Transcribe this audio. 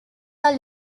are